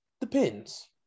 Depends